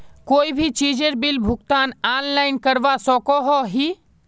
कोई भी चीजेर बिल भुगतान ऑनलाइन करवा सकोहो ही?